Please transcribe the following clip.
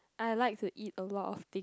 I like to eat a lot of thing